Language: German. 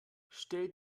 stell